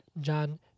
John